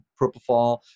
propofol